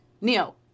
Neo